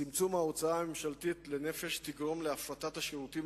צמצום ההוצאה הממשלתית לנפש תגרום להפרטת השירותים